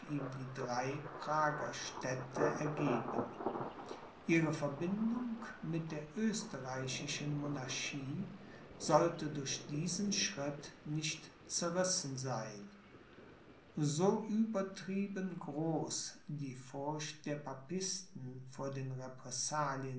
die drei prager städte ergeben ihre verbindung mit der österreichischen monarchie sollte durch diesen schritt nicht zerrissen sein so übertrieben groß die furcht der papisten vor den